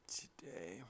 today